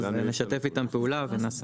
אז נשתף איתם פעולה ונעשה.